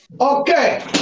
Okay